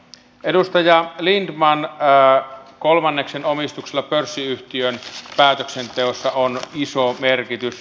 edustaja lindtman kolmanneksen omistuksella pörssiyhtiön päätöksenteossa on iso merkitys